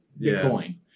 Bitcoin